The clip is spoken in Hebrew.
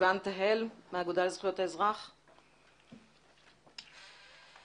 בואו נודה על האמת, לא היינו